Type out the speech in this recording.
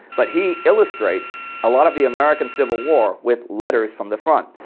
but he illustrates a lot of the american civil war with letters from the front,